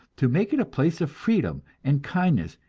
to make it a place of freedom and kindness,